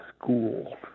school